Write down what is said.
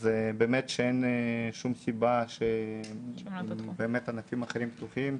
אז באמת שאין שום סיבה שבאמת ענפים אחרים פתוחים,